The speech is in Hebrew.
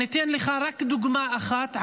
אני אתן לך רק דוגמה אחת,